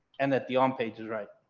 and that the homepage is right.